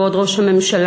כבוד ראש הממשלה,